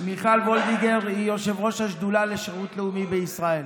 מיכל וולדיגר היא יושבת-ראש השדולה לשירות לאומי בישראל,